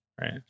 Right